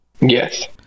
Yes